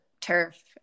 turf